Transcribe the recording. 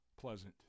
pleasant